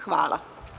Hvala.